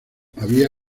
había